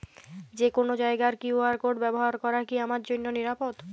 যে কোনো জায়গার কিউ.আর কোড ব্যবহার করা কি আমার জন্য নিরাপদ?